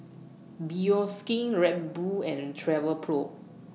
Bioskin Red Bull and Travelpro